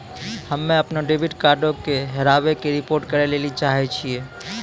हम्मे अपनो डेबिट कार्डो के हेराबै के रिपोर्ट करै लेली चाहै छियै